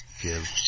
give